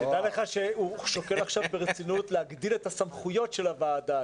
דע לך שהוא שוקל עכשיו ברצינות להגדיל את סמכויות הוועדה...